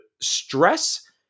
stress